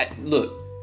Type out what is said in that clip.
Look